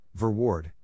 Verward